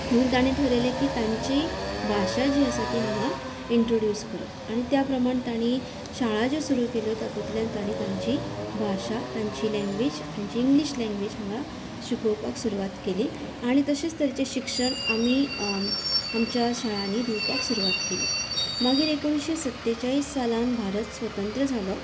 म्हणून तांणी ठरयलें की तांची भाशा जी आसा ती हांगा इंन्ट्रोड्यूस करप आनी त्या प्रमाण तांणी शाळा ज्यो सुरू केल्यो तातूंतल्यान तांणी तांची भाशा तांची लेंगवेज तांची इंग्लीश लेंगवेज हांगा शिकोवपाक सुरवात केली आनी तशेंच तरेचें शिक्षण आमी आमच्या शाळांनी दिवपाक सुरवात केली मागीर एकोणशे सत्तेचाळीस सालांत भारत स्वतंत्र जालो